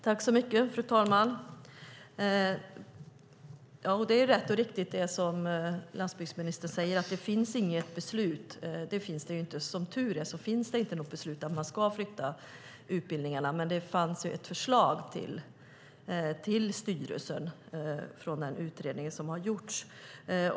Fru talman! Det är riktigt som landsbygdsministern säger: Det finns inget beslut. Som tur är finns det inte något beslut om att man ska flytta utbildningarna, men det fanns ett förslag till styrelsen från utredningen.